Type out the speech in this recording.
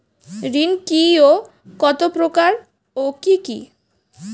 ঋণ কি ও কত প্রকার ও কি কি?